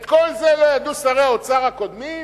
את כל זה לא ידעו שרי האוצר הקודמים?